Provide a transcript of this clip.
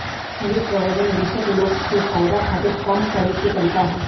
निवेश प्रबंधन निवेशक लोग के फायदा खातिर काम करे के तरीका ह